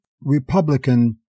Republican